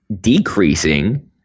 decreasing